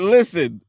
Listen